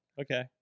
Okay